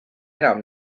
enam